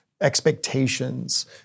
expectations